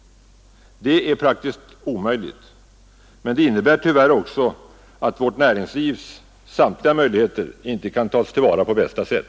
Det är praktiskt omöjligt. Men det innebär tyvärr också att vårt näringslivs samtliga möjligheter inte kan tas till vara på bästa sätt.